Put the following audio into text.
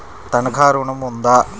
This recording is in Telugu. తనఖా ఋణం ఉందా?